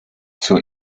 zur